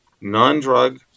non-drug